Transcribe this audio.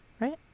Right